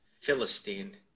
Philistine